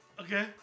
Okay